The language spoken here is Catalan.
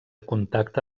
contacte